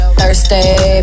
Thursday